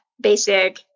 basic